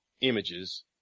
images